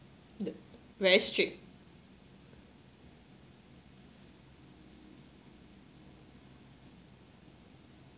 the very strict